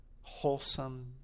wholesome